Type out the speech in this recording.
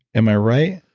am i right?